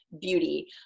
beauty